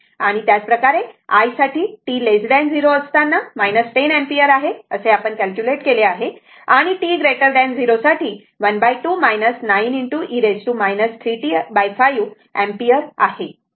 आणि त्याचप्रकारे i साठी t 0 असताना 10 अँपिअर आहे आपण कॅल्क्युलेट केले आहे आणि t 0 साठी 12 9 e 3t5 अँपिअर आहे